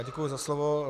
Děkuji za slovo.